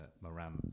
Moran